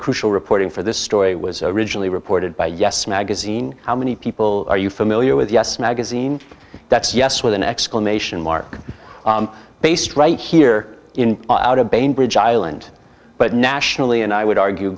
reporting for this story was originally reported by us magazine how many people are you familiar with yes magazine that's yes with an exclamation mark based right here in out of bainbridge island but nationally and i would argue